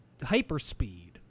hyperspeed